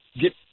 get